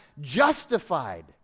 justified